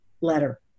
letter